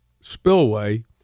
spillway